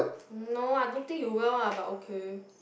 no I don't think you will lah but okay